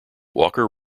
walker